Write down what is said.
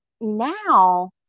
now